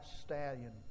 stallion